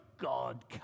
God